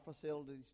facilities